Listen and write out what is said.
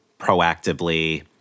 proactively